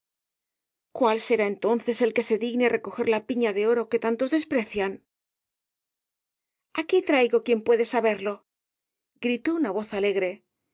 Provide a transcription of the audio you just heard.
cuál será entonces el que se digne recoger la pina de oro que tantos desprecian aquí traigo quien puede saberlogritó una voz alegre